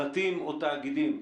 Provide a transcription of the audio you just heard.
פרטים או תאגידים,